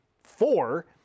four